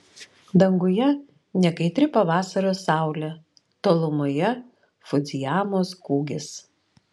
danguje nekaitri pavasario saulė tolumoje fudzijamos kūgis